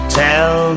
tell